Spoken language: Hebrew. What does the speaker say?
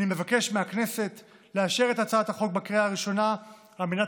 אני מבקש מהכנסת לאשר את הצעת החוק בקריאה הראשונה על מנת